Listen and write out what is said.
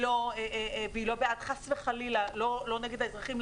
והיא חס וחלילה לא נגד האזרחים.